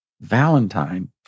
Valentine